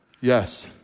Yes